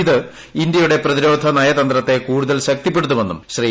ഇത് ഇന്ത്യയുടെ പ്രതിരോധ നയതന്ത്രത്തെ കൂടുതൽ ശക്തിപ്പെടുത്തുമെന്നും ശ്രീ